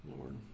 Lord